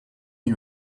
you